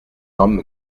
homme